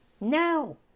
no